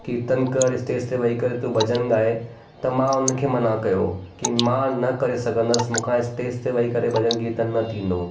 कीर्तन कर स्टेज ते वेही करे तू भॼनु ॻाए त मां हुन खे माना कयो की मां न करे सघंदसि मूंखां स्टेज ते वेही करे भॼन कीर्तन न थींदो